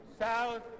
South